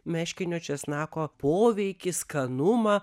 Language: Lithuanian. meškinio česnako poveikį skanumą